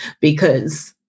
because-